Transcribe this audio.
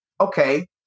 okay